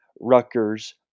Rutgers